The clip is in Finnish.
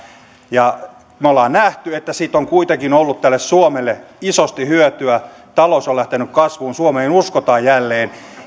me olemme nähneet että siitä on kuitenkin ollut tälle suomelle isosti hyötyä talous on lähtenyt kasvuun suomeen uskotaan jälleen